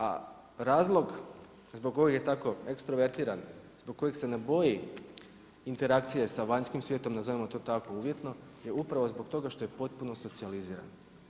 A razlog zbog kog je tako ekstrovertiran, zbog kojeg se ne boji interakcije sa vanjskim svijetom, nazovimo to tako uvjetno je upravo zbog toga što je potpuno socijaliziran.